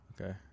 Okay